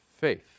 faith